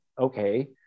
okay